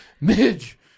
Midge